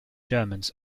germans